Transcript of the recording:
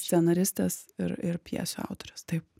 scenaristės ir ir pjesių autorės taip